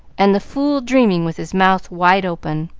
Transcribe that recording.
and the fool dreaming, with his mouth wide open.